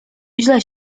źle